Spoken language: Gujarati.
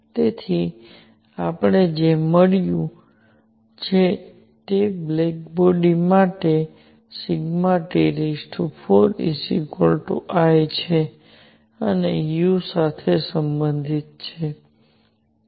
તેથી આપણને જે મળ્યું છે તે બ્લેક બોડી માટે T4I છે અને u સાથે સંબંધિત છે